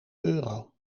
euro